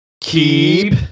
keep